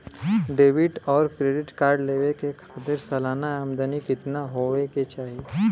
Debit और credit card लेवे के खातिर सलाना आमदनी कितना हो ये के चाही?